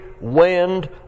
wind